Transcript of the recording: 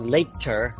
Later